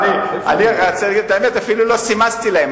אני אגיד לכם את האמת, אפילו לא סימסתי להם.